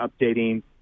updating